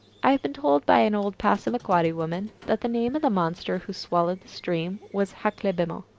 i have been told by an old passamaquodcly woman that the name of the monster who swallowed the stream was hahk-lee be-mo.